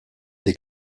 des